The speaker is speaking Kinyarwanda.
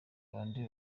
bande